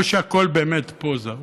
או שהכול באמת פוזה.